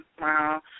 wow